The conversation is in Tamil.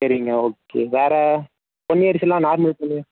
சரிங்க ஓகே வேறு பொன்னி அரிசிலாம் நார்மல் பொன்னி